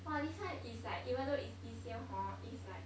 !wah! this one is like even though is this year right is like